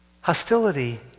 Hostility